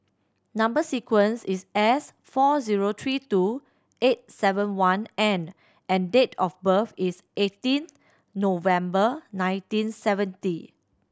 number sequence is S four zero three two eight seven one N and date of birth is eighteen November nineteen seventy